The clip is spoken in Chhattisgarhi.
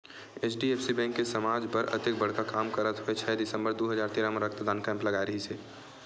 एच.डी.एफ.सी बेंक ह समाज बर अतेक बड़का काम करत होय छै दिसंबर दू हजार तेरा म रक्तदान कैम्प लगाय रिहिस हे